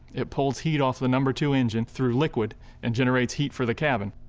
it pulls heat off the number two engine through liquid and generates heat for the cabin.